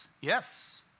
Yes